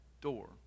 door